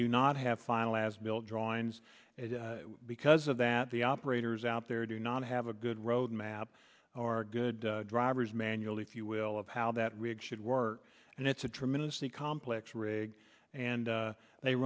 do not have final as built drawings and because of that the operators out there do not have a good road map are good drivers manual if you will of how that rig should work and it's a tremendously complex rig and they